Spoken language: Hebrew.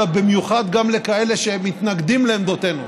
אלא במיוחד גם לכאלה שמתנגדים לעמדותינו.